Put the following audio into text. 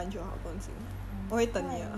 很快 okay !wah!